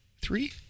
three